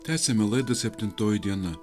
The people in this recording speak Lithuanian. tęsiame laidą septintoji diena